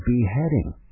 beheading